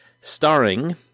starring